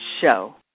show